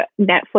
Netflix